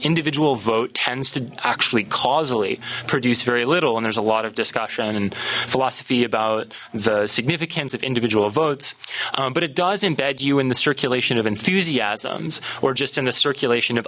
individual vote tends to actually causally produce very little and there's a lot of discussion and philosophy about the significance of individual votes but it does embed you in the circulation of enthusiasms or just in the circulation of